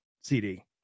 CD